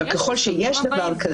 אבל ככל שיש דבר כזה,